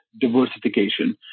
diversification